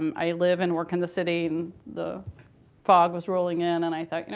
um i live and work in the city, and the fog was rolling in. and i thought, you know,